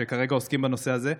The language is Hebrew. שכרגע עוסקים בנושא הזה,